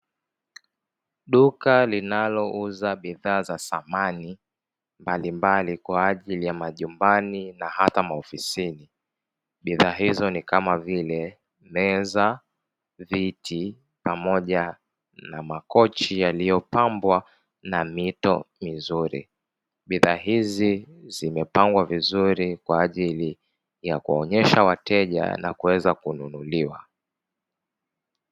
Duka linaliuza bidhaa za samani mbalimbali kwa ajili ya majumbani na hata maofisini. Bidhaa hizo ni kama vile:meza, viti pamoja na makochi yaliyopambwa na mito mizuri. Bidhaa hizi zimepangwa vizuri kwa ajili ya kuwaonyesha wateja na kuweza kununuliwa.